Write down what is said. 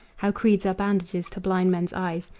how creeds are bandages to blind men's eyes,